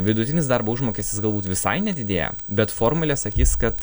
vidutinis darbo užmokestis galbūt visai nedidėja bet formulė sakys kad